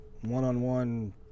one-on-one